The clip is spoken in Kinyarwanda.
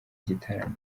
gitaramo